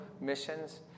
missions